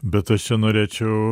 bet aš čia norėčiau